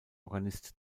organist